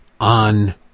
on